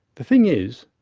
the thing is,